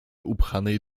upchanej